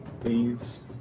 Please